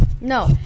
No